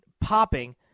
popping